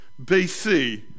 BC